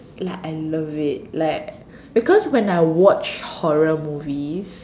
like I love it like because when I watch horror movies